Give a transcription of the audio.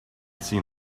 seen